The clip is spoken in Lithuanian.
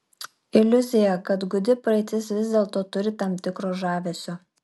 iliuzija kad gūdi praeitis vis dėlto turi tam tikro žavesio